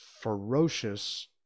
ferocious